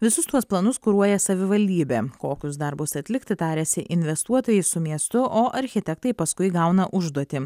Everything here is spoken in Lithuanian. visus tuos planus kuruoja savivaldybė kokius darbus atlikti tariasi investuotojai su miestu o architektai paskui gauna užduotį